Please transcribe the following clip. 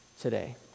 today